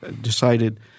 decided